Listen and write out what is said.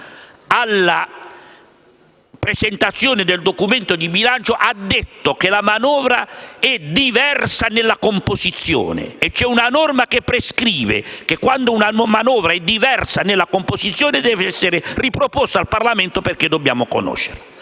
successiva alla presentazione del documento di bilancio, ha detto che la manovra è diversa nella composizione e c'è una norma che prescrive che, quando una manovra è diversa nella composizione, deve essere riproposta al Parlamento perché dobbiamo conoscerla.